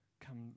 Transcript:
come